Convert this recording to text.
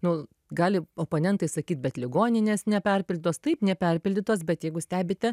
nu gali oponentai sakyt bet ligoninės neperpildytos taip neperpildytos bet jeigu stebite